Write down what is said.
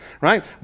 right